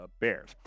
Bears